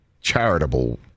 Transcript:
charitable